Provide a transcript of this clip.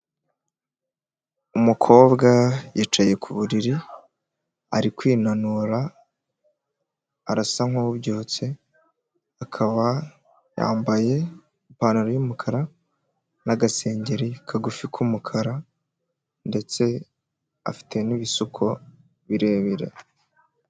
Umukobwa yicaye ku buriri ari kwinanura arasa nkubyutse, akaba yambaye ipantaro y'umukara n'agasengeri kagufi k'umukara ndetse afite n'ibisuko birebire.